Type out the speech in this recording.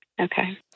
Okay